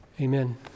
Amen